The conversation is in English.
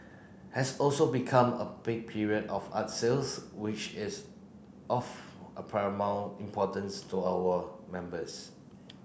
has also become a peak period of art sales which is of a paramount importance to our members